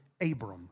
Abram